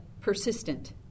persistent